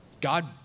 God